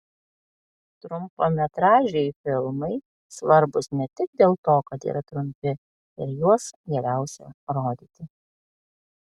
trumpametražiai filmai svarbūs ne tik dėl to kad yra trumpi ir juos geriausia rodyti